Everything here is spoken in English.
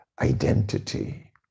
identity